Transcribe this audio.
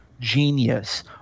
genius